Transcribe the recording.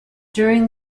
during